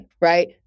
right